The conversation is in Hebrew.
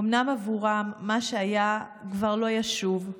אומנם עבורם מה שהיה כבר לא ישוב,